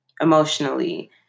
emotionally